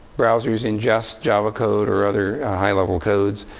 browsers ingest java code or other high level codes,